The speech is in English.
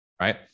right